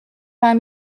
vingt